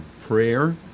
prayer